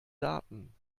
daten